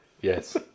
yes